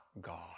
God